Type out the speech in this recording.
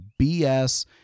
BS